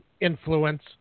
Influence